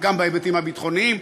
גם בהיבטים הביטחוניים,